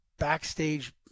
Backstage